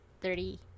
thirty